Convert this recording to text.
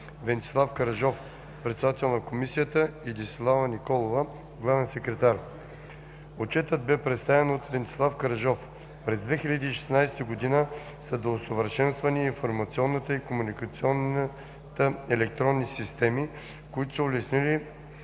Венцислав Караджов – председател на Комисията, и Десислава Николова – главен секретар. Отчетът бе представен от Венцислав Караджов. През 2016 година са доусъвършенствани информационната и комуникационната електронни системи, които са улеснили